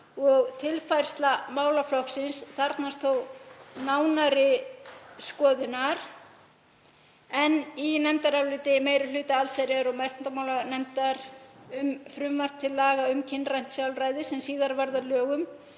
og tilfærsla málaflokksins þarfnast þó nánari skoðunar, en í nefndaráliti meiri hluta allsherjar- og menntamálanefndar um frumvarp til laga um kynrænt sjálfræði, sem síðar varð að lögum